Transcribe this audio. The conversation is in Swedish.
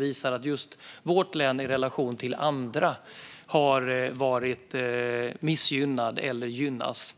visar att just vårt län i relation till andra har varit missgynnat eller gynnat.